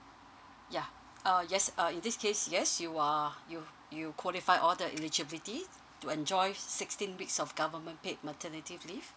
yeah uh yes uh in this case yes you are you you qualify all the eligibility to enjoy sixteen weeks of government paid maternity leave